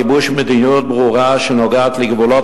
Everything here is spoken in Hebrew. גיבוש מדיניות ברורה שנוגעת לגבולות